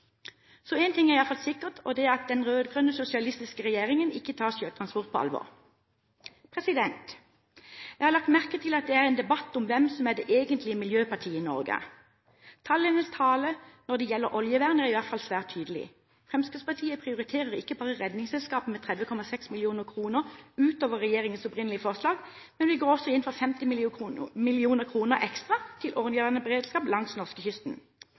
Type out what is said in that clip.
ting er i hvert fall sikkert, og det er at den rød-grønne sosialistiske regjeringen ikke tar sjøtransporten på alvor. Jeg har lagt merke til at det er en debatt om hvem som er det egentlige miljøpartiet i Norge. Tallenes tale når det gjelder oljevern, er i hvert fall svært tydelig. Fremskrittspartiet prioriterer ikke bare Redningsselskapet, med 30,6 mill. kr utover regjeringens opprinnelige forslag, men vi går også inn for 50 mill. kr ekstra til oljevernberedskap langs norskekysten.